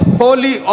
holy